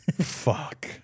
fuck